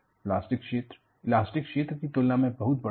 plastic क्षेत्र elastic क्षेत्र की तुलना में बहुत बड़ा है